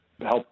help